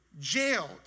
jailed